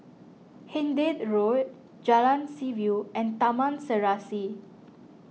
Hindhede Road Jalan Seaview and Taman Serasi